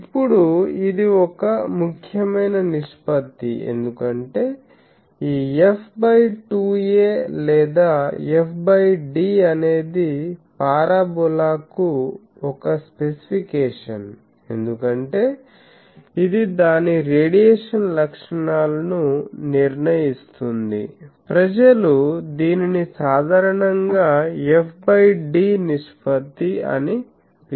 ఇప్పుడు ఇది ఒక ముఖ్యమైన నిష్పత్తి ఎందుకంటే ఈ f బై 2a లేదా f బై d అనేది పారాబొలాకు ఒక స్పెసిఫికేషన్ ఎందుకంటే ఇది దాని రేడియేషన్ లక్షణాలను నిర్ణయిస్తుంది ప్రజలు దీనిని సాధారణంగా f బై d నిష్పత్తి అని పిలుస్తారు